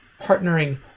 partnering